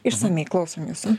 išsamiai klausom jūsų